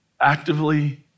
actively